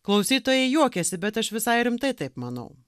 klausytojai juokėsi bet aš visai rimtai taip manau